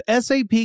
SAP